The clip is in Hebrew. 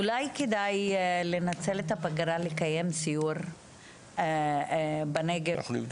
אולי כדאי לנצל את הפגרה לקיים סיור בנגב על ההכנות